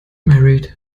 married